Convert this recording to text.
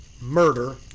murder